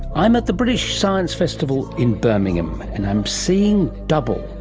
i'm at the british science festival in birmingham and i'm seeing double.